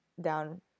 down